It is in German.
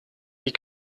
die